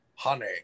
Honey